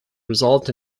resolved